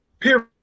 Period